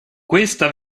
questa